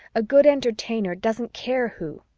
a good entertainer doesn't care who.